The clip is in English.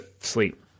sleep